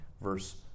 verse